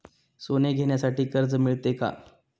सोने घेण्यासाठी कर्ज मिळते का?